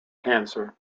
cancer